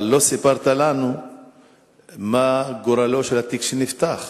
אבל לא סיפרת לנו מה גורלו של התיק שנפתח.